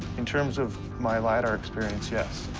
in terms of my lidar experience, yes.